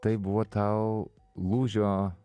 tai buvo tau lūžio